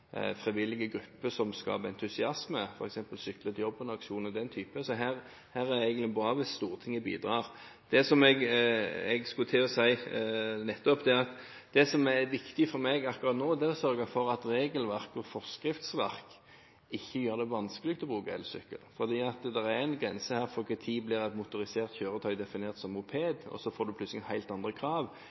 frivillige grupper som skaper entusiasme, f.eks. Sykle til jobben-aksjonen og den type tiltak. Her er det egentlig bra hvis Stortinget bidrar. Det jeg skulle til å si nettopp, er at det som er viktig for meg akkurat nå, er å sørge for at regelverk og forskriftsverk ikke gjør det vanskelig å bruke elsykkel, fordi det er en grense her for når et motorisert kjøretøy blir definert som moped, og da får en plutselig helt andre krav.